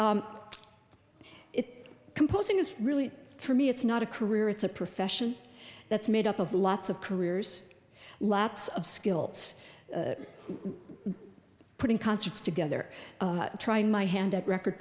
it composing is really for me it's not a career it's a profession that's made up of lots of careers lots of skills putting concerts together trying my hand at record